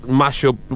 mashup